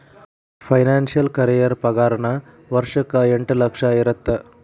financial career ಪಾಗಾರನ ವರ್ಷಕ್ಕ ಎಂಟ್ ಲಕ್ಷ ಇರತ್ತ